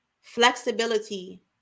flexibility